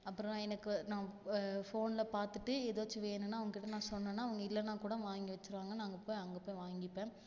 அப்புறோம் எனக்கு நான் ஃபோனில் பார்த்துட்டு எதாச்சும் வேணும்னா அவங்ககிட்ட நான் சொன்னேன்னா அவங்க இல்லைனா கூட வாங்கி வச்சுடுவாங்க நாங்கள் அங்கே போய் அங்கே போய் வாங்கிப்பேன்